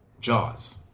Jaws